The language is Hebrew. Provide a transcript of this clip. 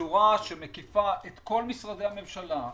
בצורה שמקיפה את כל משרדי הממשלה,